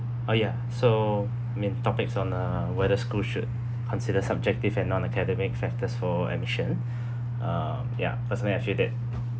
oh ya so I mean topics on uh whether schools should consider subjective and non-academic factors for admission uh ya personally I feel that